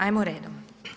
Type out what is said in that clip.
Ajmo redom.